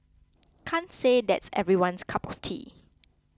can't say that's everyone's cup of tea